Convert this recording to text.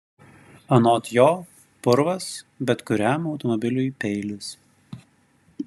anot jo purvas bet kuriam automobiliui peilis